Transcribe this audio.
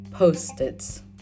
Post-its